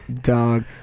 dog